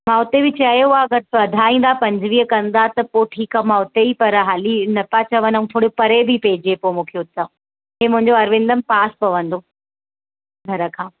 मां हुते बि चयो आहे अगरि वधाईंदा पंजवीह कंदा त पोइ ठीकु आहे मां उते ई पर हाली न पिया चवनि ऐं थोड़ो परे बि पंहिंजे पियो मूंखे हुतां मूंखे मुंहिंझो अरविंदम पास पवंदो घर खां